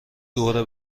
دور